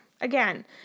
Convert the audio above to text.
again